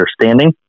understanding